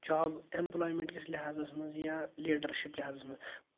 job اٮ۪مپٕلایمٮ۪نٛٹکِس لحاظَس منٛز یا لیٖڈَرشِپ لِحاظَس منٛز